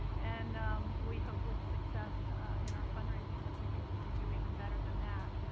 and we hope with success in our fundraising that we'll be able to do even better than that.